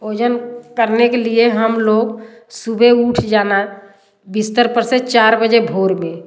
ओजन करने के लिए हम लोग सुबह उठ जाना बिस्तर पर से चार बजे भोर में